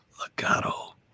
Legato